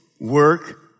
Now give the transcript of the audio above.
work